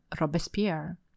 Robespierre